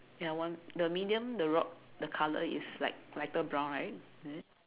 ya one the medium the rock the color is like lighter brown right is it